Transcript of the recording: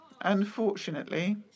Unfortunately